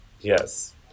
Yes